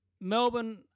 Melbourne